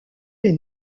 est